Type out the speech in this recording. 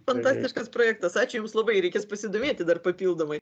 fantastiškas projektas ačiū jums labai reikės pasidomėti dar papildomai